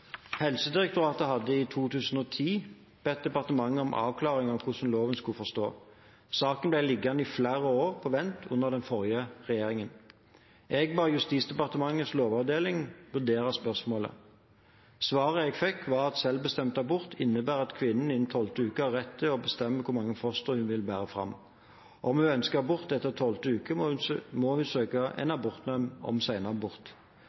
Helsedirektoratet hadde i 2010 bedt departementet om en avklaring av hvordan loven skulle forstås. Saken ble liggende i flere år på vent under den forrige regjeringen. Jeg ba Justisdepartementets lovavdeling vurdere spørsmålet. Svaret jeg fikk, var at selvbestemt abort innebærer at kvinnen innen tolvte uke har rett til å bestemme hvor mange fostre hun vil bære fram. Om hun ønsker abort etter tolvte uke, må hun søke en abortnemnd om